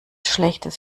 schlechtes